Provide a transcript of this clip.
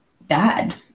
bad